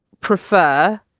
prefer